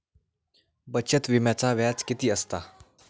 बचत विम्याचा व्याज किती असता?